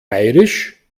bairisch